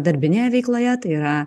darbinėje veikloje tai yra